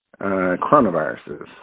coronaviruses